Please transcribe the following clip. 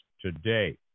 today